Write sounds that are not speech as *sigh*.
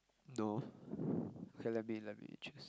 no *breath* K let me let me just